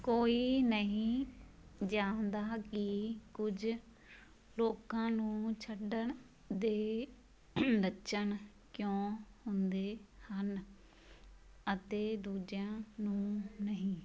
ਕੋਈ ਨਹੀਂ ਜਾਣਦਾ ਕੀ ਕੁਝ ਲੋਕਾਂ ਨੂੰ ਛੱਡਣ ਦੇ ਲੱਛਣ ਕਿਉਂ ਹੁੰਦੇ ਹਨ ਅਤੇ ਦੂਜਿਆਂ ਨੂੰ ਨਹੀਂ